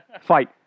fight